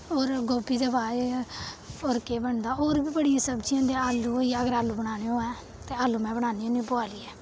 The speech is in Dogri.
होर गोभी दे बाद च होर केह् बनदा होर बी बड़ियां सब्जियां होंदियां आलू होई गेआ अगर आलू बनाने होऐ ते आलू में बनान्नी होन्नीं बोआलियै